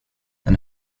den